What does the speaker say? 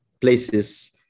places